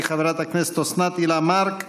המסדרת היא חברת הכנסת אוסנת הילה מארק.